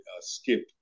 skip